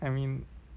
I mean